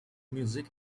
music